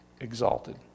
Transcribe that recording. exalted